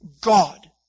God